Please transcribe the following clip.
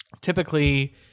typically